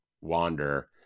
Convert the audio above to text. wander